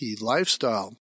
lifestyle